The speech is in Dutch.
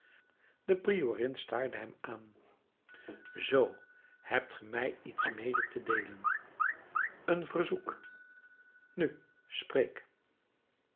de priorin staarde hem aan zoo hebt ge mij iets mede te deelen een verzoek nu spreek